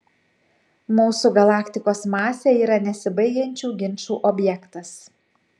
mūsų galaktikos masė yra nesibaigiančių ginčų objektas